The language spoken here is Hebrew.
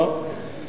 וברוך השם,